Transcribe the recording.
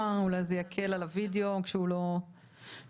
ואולי זה יקל על הווידאו כשהוא לא מחובר.